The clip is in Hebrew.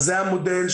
זה המודל,